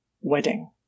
wedding